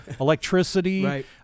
electricity